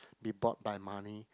be bought by money